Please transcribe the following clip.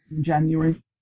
January